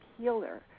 healer